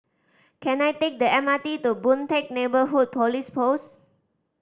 can I take the M R T to Boon Teck Neighbourhood Police Post